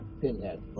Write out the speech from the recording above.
pinhead